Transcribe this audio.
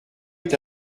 est